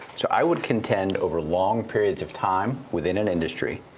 so i would contend, over long periods of time, within an industry,